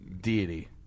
deity